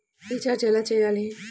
Recharge ఎలా చెయ్యాలి?